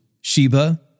Sheba